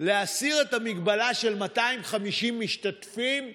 להסיר את המגבלה של 250 משתתפים באירוע: